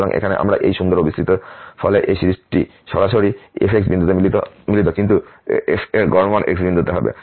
সুতরাং এখানে আমরা এই সুন্দর অভিসৃতি ফলে এই সিরিজ সরাসরি f বিন্দুতে মিলিত কিন্তু f এর গড় মান x বিন্দুতে হবে